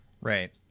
Right